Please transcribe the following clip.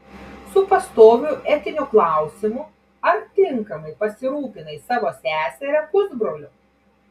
su pastoviu etiniu klausimu ar tinkamai pasirūpinai savo seseria pusbroliu